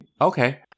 okay